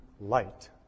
light